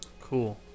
Cool